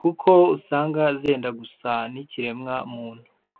kuko usanga zenda gusa n'ikiremwa muntu.